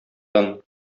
тын